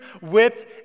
whipped